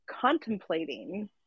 contemplating